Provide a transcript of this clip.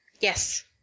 yes